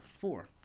Four